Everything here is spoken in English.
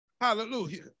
hallelujah